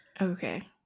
okay